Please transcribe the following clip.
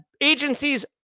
agencies